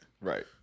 Right